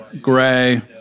gray